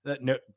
No